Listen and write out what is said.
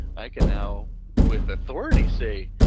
i can now, with authority say,